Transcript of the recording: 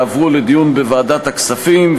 יועברו לדיון בוועדת הכספים,